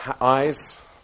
eyes